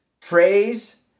Praise